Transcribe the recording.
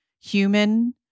human